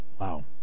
Wow